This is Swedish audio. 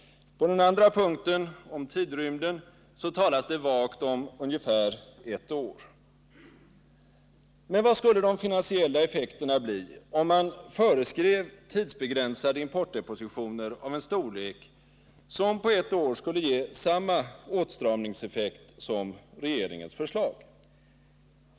På den andra punkten, om tidrymden, talas det vagt om ungefär ett år. Men vad skulle de finansiella effekterna bli, om man föreskrev tidsbegränsade importdepositioner av en storlek som på ett år skulle ge samma åtstramningseffekt som regeringens förslag?